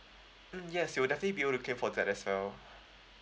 mm yes you will definitely be able to claim for that as well